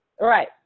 Right